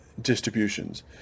distributions